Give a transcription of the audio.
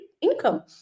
income